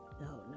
No